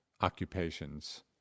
occupations